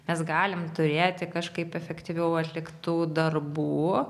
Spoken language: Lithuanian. mes galim turėti kažkaip efektyviau atliktų darbų